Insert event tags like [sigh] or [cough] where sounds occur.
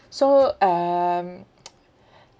so um [noise] [breath]